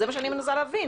את זה אני מנסה להבין.